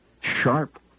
Sharp